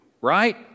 right